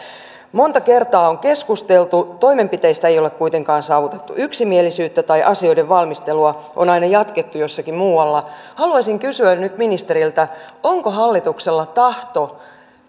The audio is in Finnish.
monta kertaa on keskusteltu toimenpiteistä ei ole kuitenkaan saavutettu yksimielisyyttä tai asioiden valmistelua on aina jatkettu jossakin muualla haluaisin kysyä nyt ministeriltä onko hallituksella tahto